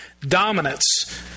dominance